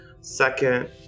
Second